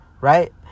right